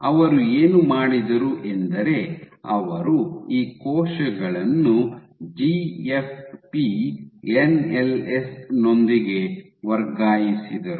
ಅವರು ಏನು ಮಾಡಿದರು ಎಂದರೆ ಅವರು ಈ ಕೋಶಗಳನ್ನು ಜಿಎಫ್ಪಿ ಎನ್ಎಲ್ಎಸ್ ನೊಂದಿಗೆ ವರ್ಗಾಯಿಸಿದರು